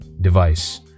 device